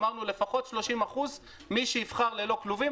אמרנו לפחות 30% - מי שיבחר ללא כלובים,